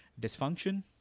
dysfunction